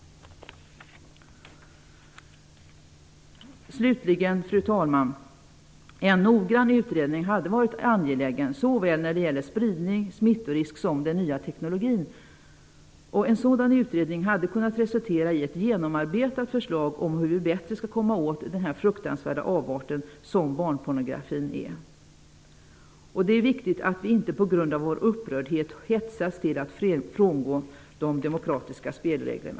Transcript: Fru talman! Avslutningsvis hade det varit angeläget med en nogrann utredning när det gäller såväl spridning och smittorisk som den nya teknologin. En sådan utredning hade kunna resultera i ett genomarbetat förslag om hur man bättre skall kunna komma åt den fruktansvärda avart som barnpornografi utgör. Det är viktigt att vi inte på grund av vår upprördhet hetsas till att frångå de demokratiska spelreglerna.